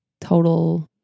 total